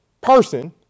person